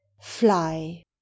Fly